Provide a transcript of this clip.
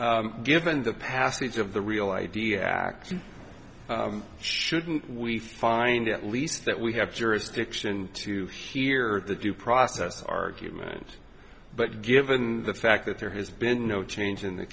is given the passage of the real i d act should we find at least that we have jurisdiction to hear the due process argument but given the fact that there has been no change in th